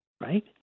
right